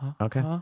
Okay